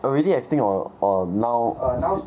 already extinct or or now st~